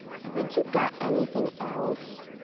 haven't you got anything else?